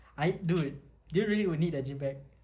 aite dude do you really you need the gym bag